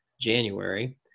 January